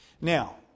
Now